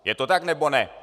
Je to tak, nebo ne?